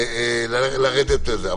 לרדת מזה.